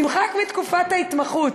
נמחק מתקופת ההתמחות.